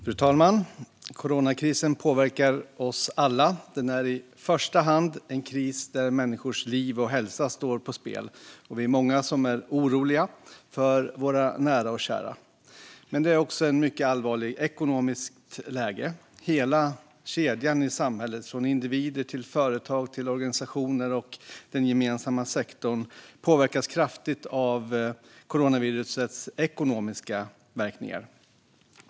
Fru talman! Coronakrisen påverkar oss alla. Den är i första hand en kris där människors liv och hälsa står på spel. Vi är många som är oroliga för våra nära och kära. Men vi har också ett mycket allvarligt ekonomiskt läge. Hela kedjan i samhället - från individer till företag, organisationer och den gemensamma sektorn - påverkas kraftigt av coronavirusets ekonomiska verkningar.